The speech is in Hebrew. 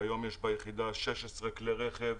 היום יש ביחידה 16 כלי רכב,